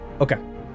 Okay